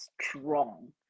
strong